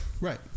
right